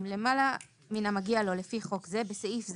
למעלה מן המגיע לו לפי חוק זה (בסעיף זה,